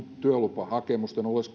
työlupahakemusten